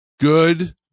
good